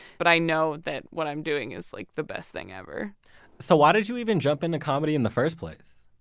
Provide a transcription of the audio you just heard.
but i know that what i'm doing is like the best thing ever so why did you even jump into comedy in the first place?